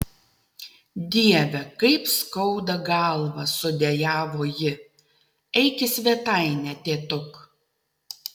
dieve kaip skauda galvą sudejavo ji eik į svetainę tėtuk